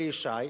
אלי ישי.